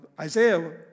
Isaiah